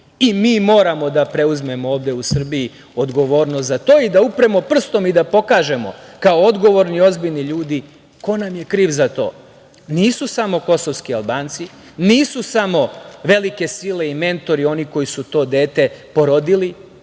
i mi moramo da preuzmemo ovde u Srbiji odgovornost za to i da upremo prstom i da pokažemo kao odgovorni, ozbiljni ljudi ko nam je kriv za to. Nisu samo kosovski Albanci, nisu samo velike sile i mentori oni koji su to dete porodili